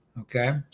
okay